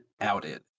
outed